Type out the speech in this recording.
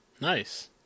Nice